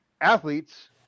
athletes